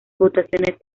votaciones